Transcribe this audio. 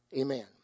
Amen